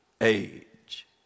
age